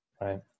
Right